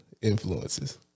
influences